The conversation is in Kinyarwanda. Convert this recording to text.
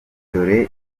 dore